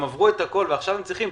הם עברו את הכול ועכשיו הם צריכים,